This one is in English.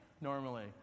normally